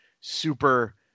super